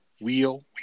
Wheel